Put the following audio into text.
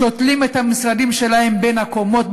שותלים את המשרדים שלהם בין הקומות,